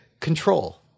control